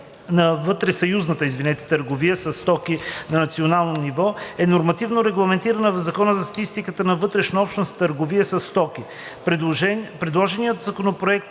за вътресъюзната търговия със стоки на национално ниво е нормативно регламентирана в Закона за статистика на вътрешнообщностната търговия със стоки. Предложеният законопроект